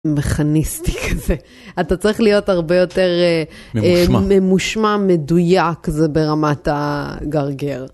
מכניסטי כזה, אתה צריך להיות הרבה יותר ממושמע מדויק כזה ברמת הגרגר.